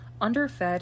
underfed